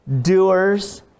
doers